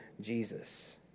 Jesus